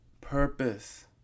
purpose